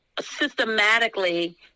systematically